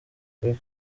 big